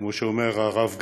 כמו שאומר הרב גפני,